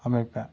அமைப்பேன்